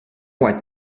what